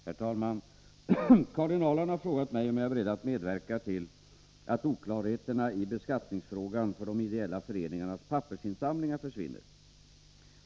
Herr talman! Karin Ahrland har frågat mig om jag är beredd att medverka till att oklarheterna i beskattningsfrågan för de ideella föreningarnas pappersinsamlingar försvinner.